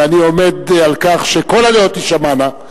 ואני עומד על כך שכל הדעות תישמענה.